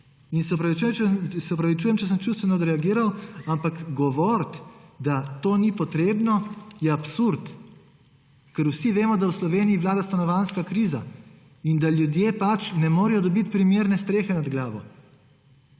Se opravičujem, če sem čustveno odreagiral, ampak govoriti, da to ni potrebno, je absurd. Ker vsi vemo, da v Sloveniji vlada stanovanjska kriza in da ljudje ne morejo dobiti primerne strehe nad glavo.